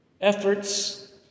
efforts